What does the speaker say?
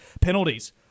penalties